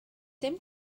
dim